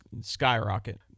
skyrocket